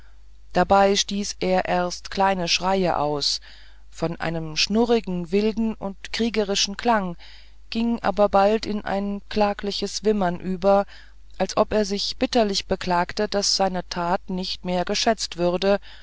dabei stieß er erst kleine schreie aus von einem schnurrigen wilden und kriegerischen klange ging aber bald in ein klagliches wimmern über als ob er sich bitterlich beklagte daß seine tat nicht mehr geschätzt würde